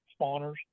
spawners